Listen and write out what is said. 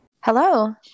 Hello